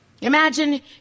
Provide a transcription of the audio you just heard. imagine